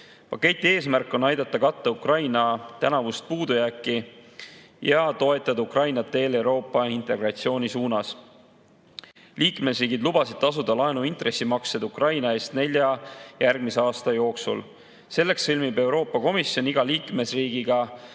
Paketi eesmärk on aidata katta Ukraina tänavust puudujääki ja toetada Ukrainat teel Euroopa integratsiooni suunas. Liikmesriigid lubasid tasuda laenuintressimaksed Ukraina eest nelja järgmise aasta jooksul. Selleks sõlmib Euroopa Komisjon iga liikmesriigiga